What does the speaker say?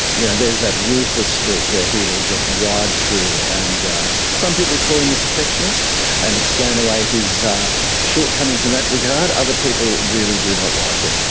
you know there's that ruthless streak where he will just ride through and some people call him a perfectionist and explain away his shortcomings in that regard. other people really do not like him.